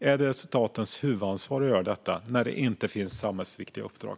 Är det statens huvudansvar att göra detta när det inte finns samhällsviktiga uppdrag?